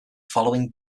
following